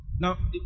now